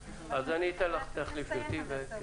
הערות.